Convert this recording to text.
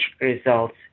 results